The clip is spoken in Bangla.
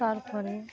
তার পরে